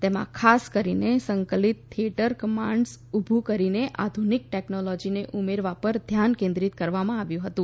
તેમાં ખાસ કરીને સંકલિત થિયેટર કમાન્ડ્સ ઊભું કરીને આધુનિક ટેકનોલોજીને ઉમેરવા પર ધ્યાન કેન્દ્રિત કરવામાં આવ્યું હતું